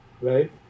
right